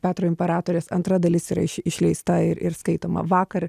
petro imperatorės antra dalis yra iš išleista ir ir skaitoma vakar